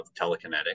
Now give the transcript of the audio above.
telekinetic